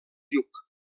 lluc